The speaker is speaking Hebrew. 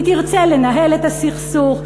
היא תרצה לנהל את הסכסוך,